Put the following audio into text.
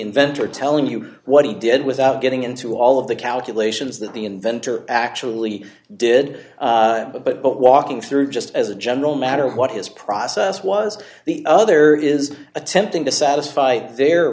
inventor telling you what he did without getting into all of the calculations that the inventor actually did but walking through just as a general matter what his process was the other is attempting to satisfy their